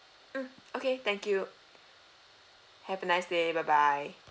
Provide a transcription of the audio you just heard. mm okay thank you have a nice day bye bye